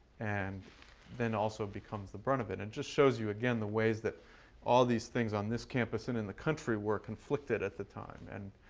and then also becomes the brunt of it. and it just shows you again the ways that all these things on this campus and in the country were conflicted at the time. and